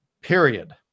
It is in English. period